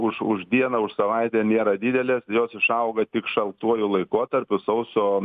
už už dieną už savaitę nėra didelės jos išauga tik šaltuoju laikotarpiu sausio